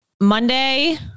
Monday